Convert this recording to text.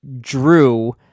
drew